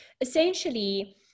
essentially